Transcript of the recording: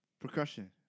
Percussion